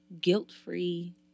guilt-free